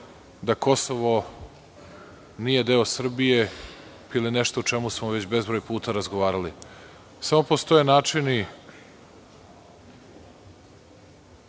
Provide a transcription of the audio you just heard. da Kosovo nije deo Srbije ili nešto o čemu smo već bezbroj puta razgovarali. Samo postoje načini